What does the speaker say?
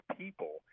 people